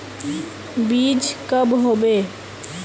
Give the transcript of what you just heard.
बीज कब होबे?